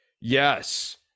yes